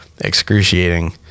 excruciating